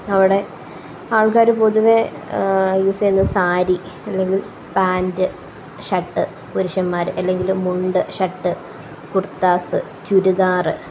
അവിടെ ആൾക്കാര് പൊതുവെ യൂസെയ്യുന്നെ സാരി അല്ലെങ്കില് പാന്റ് ഷര്ട്ട് പുരുഷന്മാര് അല്ലെങ്കില് മുണ്ട് ഷര്ട്ട് കുര്ത്താസ് ചുരിദാര്